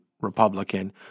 Republican